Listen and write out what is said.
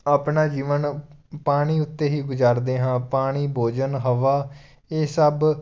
ਆਪਣਾ ਜੀਵਨ ਪਾਣੀ ਉੱਤੇ ਹੀ ਗੁਜ਼ਾਰਦੇ ਹਾਂ ਪਾਣੀ ਭੋਜਨ ਹਵਾ ਇਹ ਸਭ